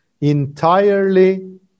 entirely